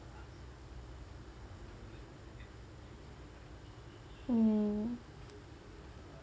mm